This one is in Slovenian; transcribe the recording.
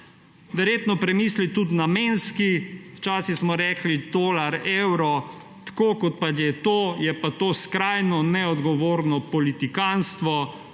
Verjetno premisliti tudi namenski – včasih smo rekli tolar – evro. Tako, kot je to, je pa to skrajno neodgovorno politikantstvo